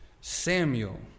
Samuel